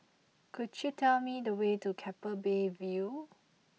could you tell me the way to Keppel Bay View